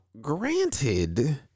granted